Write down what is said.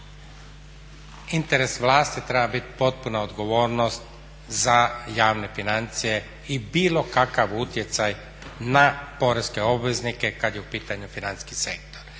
Interes vlasti treba biti potpuna odgovornost za javne financije i bilo kakav utjecaj na porezne obveznike kada je u pitanju financijski sektor.